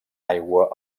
aigua